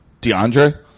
DeAndre